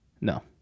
No